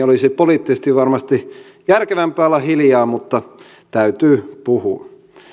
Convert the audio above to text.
olisi poliittisesti varmasti järkevämpää olla hiljaa mutta täytyy puhua